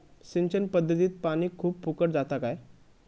सिंचन पध्दतीत पानी खूप फुकट जाता काय?